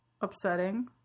Upsetting